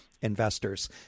investors